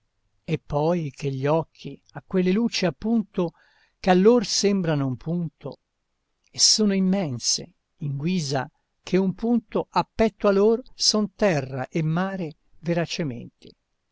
e poi che gli occhi a quelle luci appunto ch'a lor sembrano un punto e sono immense in guisa che un punto a petto a lor son terra e mare veracemente